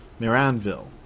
Miranville